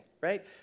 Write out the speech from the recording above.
right